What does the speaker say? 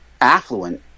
affluent